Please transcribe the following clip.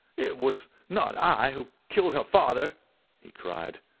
it was not i who killed her father he cried.